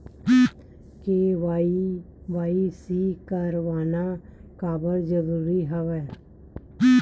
KYC करवाना काबर जरूरी हवय?